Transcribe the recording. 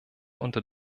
unter